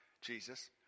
Jesus